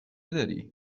داری